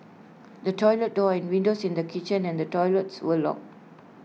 the toilet door and windows in the kitchen and toilets were locked